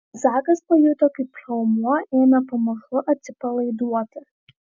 zakas pajuto kaip raumuo ėmė pamažu atsipalaiduoti